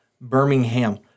Birmingham